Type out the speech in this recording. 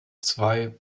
zwei